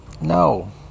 No